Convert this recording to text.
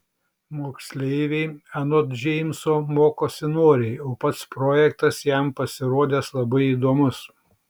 moksleiviai anot džeimso mokosi noriai o pats projektas jam pasirodęs labai įdomus